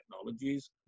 technologies